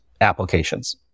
applications